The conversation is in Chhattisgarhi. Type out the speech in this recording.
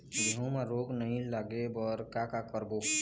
गेहूं म रोग नई लागे बर का का करबो?